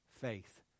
faith